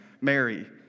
Mary